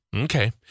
Okay